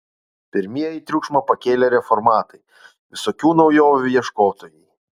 pirmieji triukšmą pakėlė reformatai visokių naujovių ieškotojai